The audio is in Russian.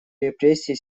репрессии